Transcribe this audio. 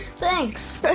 thanks.